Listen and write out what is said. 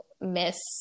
miss